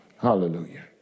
Hallelujah